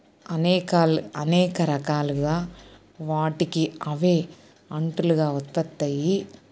అనేక అనేక రకాలుగా వాటికి అవే అంటులుగా ఉత్పత్తయ్యి